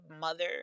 mother